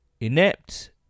inept